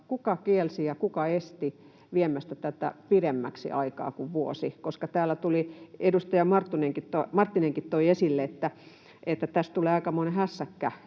kuka kielsi ja kuka esti viemästä tätä pidemmäksi aikaa kuin vuodeksi, koska täällä edustaja Marttinenkin toi esille, että tästä tulee aikamoinen hässäkkä,